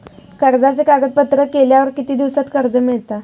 कर्जाचे कागदपत्र केल्यावर किती दिवसात कर्ज मिळता?